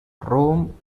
rome